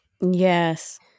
Yes